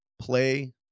play